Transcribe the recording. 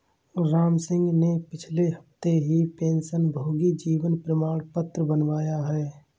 रामसिंह ने पिछले हफ्ते ही पेंशनभोगी जीवन प्रमाण पत्र बनवाया है